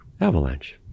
Avalanche